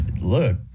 look